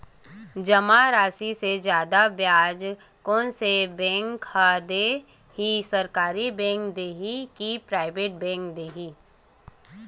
जमा राशि म जादा ब्याज कोन से बैंक ह दे ही, सरकारी बैंक दे हि कि प्राइवेट बैंक देहि?